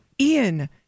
Ian